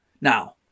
Now